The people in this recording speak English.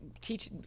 teach